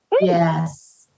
yes